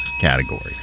category